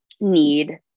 need